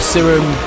Serum